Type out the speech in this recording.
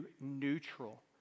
neutral